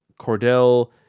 Cordell